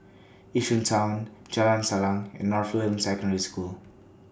Yishun Town Jalan Salang and Northland Secondary School